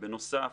בנוסף,